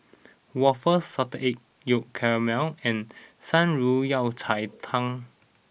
Waffle Salted Egg Yolk Calamari and Shan Rui Yao Cai Tang